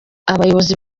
abayobozi